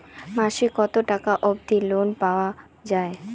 মাসে কত টাকা অবধি লোন পাওয়া য়ায়?